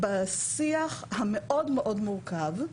בשיח המאוד מאוד מורכב.